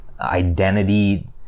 identity